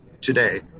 today